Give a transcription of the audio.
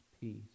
peace